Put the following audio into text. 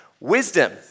wisdom